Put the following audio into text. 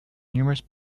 numerous